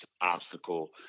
obstacle